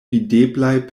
videblaj